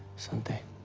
sunday